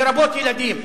לרבות ילדים.